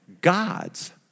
God's